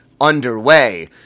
underway